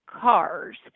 cars